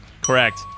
Correct